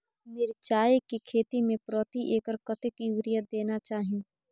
मिर्चाय के खेती में प्रति एकर कतेक यूरिया देना चाही?